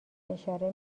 اشاره